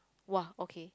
!wah! okay